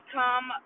come